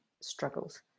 struggles